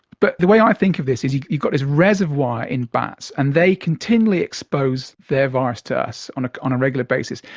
but the way i think of this is you've got this reservoir in bats and they continually expose their virus to us on on a regular basis.